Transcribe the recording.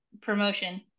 promotion